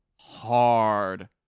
hard